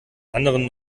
anderen